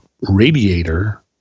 radiator